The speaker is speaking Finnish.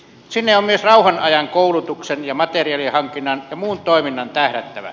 sinne on myös rauhan ajan koulutuksen ja materiaalihankinnan ja muun toiminnan tähdättävä